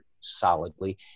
solidly